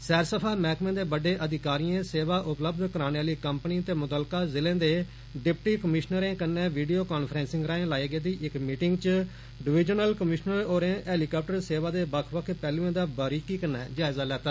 सैरसफा महकमे दे बड्डे अधिकारियें सेवा उप्लब्ध कराने आली कप्नी ते म्तलका जिलें दे डिप्टी कमीशनरें कन्नै वीडियो कांफ्रेंसिंग राएं लाई गेदी इक मीटिंग च डिविजनल कमीशनर होरें हैलिकाप्टर सेवा दे बक्ख बक्ख हलुएं दा बारीकी कन्नै जायज़ा लैता